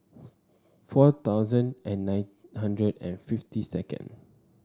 four thousand and nine hundred and fifty second